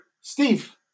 Steve